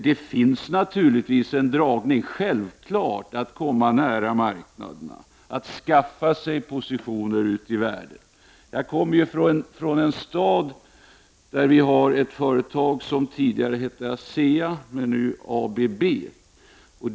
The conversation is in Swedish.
Det finns självfallet en dragning att komma nära marknaderna, dvs. att skaffa sig gynnsamma positioner ute i världen. Jag kommer från en stad där det tidigare fanns ett företag som hette ASEA men som nu heter ABB.